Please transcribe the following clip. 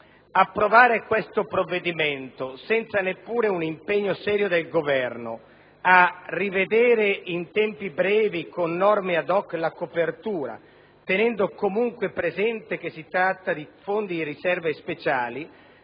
Approvare questo provvedimento senza neppure un impegno serio del Governo a rivedere la copertura in tempi brevi, con norme *ad hoc*, tenendo comunque presente che si tratta di Fondi di riserva e speciali,